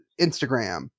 instagram